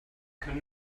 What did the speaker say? können